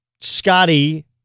Scotty